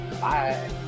Bye